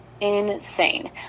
insane